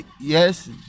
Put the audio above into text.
yes